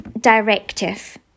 directive